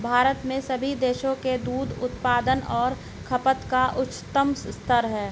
भारत में सभी देशों के दूध उत्पादन और खपत का उच्चतम स्तर है